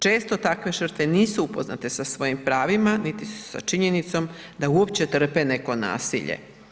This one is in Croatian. Često takve žrtve nisu upoznate sa svojim pravima niti sa činjenicom da uopće trpe neko nasilje.